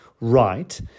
right